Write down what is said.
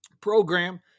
program